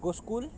go school